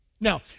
Now